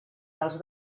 dels